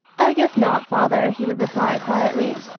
i guess not, father, he would reply quietly.